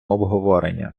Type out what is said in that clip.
обговорення